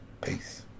peace